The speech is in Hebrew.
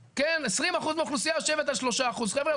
20% מהאוכלוסייה יושבת על 3%. חבר'ה,